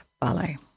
ballet